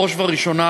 בראש ובראשונה,